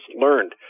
learned